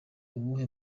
uwuhe